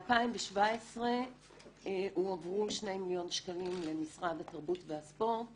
ב-2017 הועברו שני מיליון שקלים למשרד התרבות והספורט